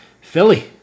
Philly